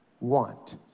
want